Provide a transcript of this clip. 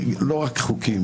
לא רק חוקים,